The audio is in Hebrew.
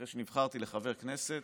אחרי שנבחרתי לחבר הכנסת.